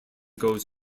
goes